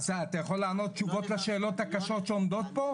אתה יכול לענות תשובות לשאלות הקשות שעומדות פה?